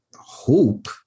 hope